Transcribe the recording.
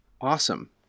Awesome